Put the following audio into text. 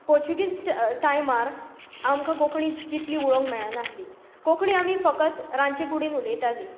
पोर्तुगीज टायमार आमकां कोंकणी तितली उलोवंक मेळ नासली कोंकणी आमी फकत रांदचे कुडीन उलयतालीं